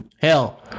Hell